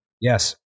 yes